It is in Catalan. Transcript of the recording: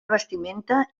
vestimenta